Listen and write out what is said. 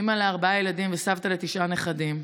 אימא לארבעה ילדים וסבתא לתשעה נכדים.